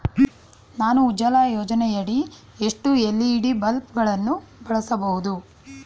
ನಾನು ಉಜಾಲ ಯೋಜನೆಯಡಿ ಎಷ್ಟು ಎಲ್.ಇ.ಡಿ ಬಲ್ಬ್ ಗಳನ್ನು ಬಳಸಬಹುದು?